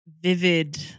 vivid